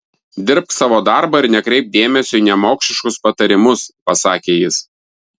dirbk savo darbą ir nekreipk dėmesio į nemokšiškus patarimus pasakė jis